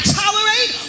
tolerate